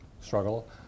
struggle